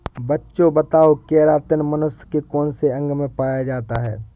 बच्चों बताओ केरातिन मनुष्य के कौन से अंग में पाया जाता है?